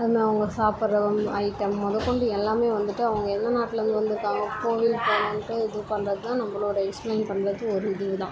அதுமாதிரி அவங்க சாப்பிட்ற ஐட்டம் முதக்கொண்டு எல்லாமே வந்துட்டு அவங்க எந்த நாட்டிலேருந்து வந்திருக்காங்க கோவிலுக்கு போகணுன்ட்டு இது பண்ணுறது தான் நம்மளோட எக்ஸ்ப்ளைன் பண்ணுறது ஒரு இதுக்கு தான்